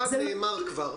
זה נאמר כבר.